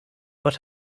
but